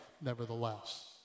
nevertheless